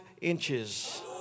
inches